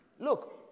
Look